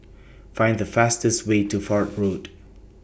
Find The fastest Way to Fort Road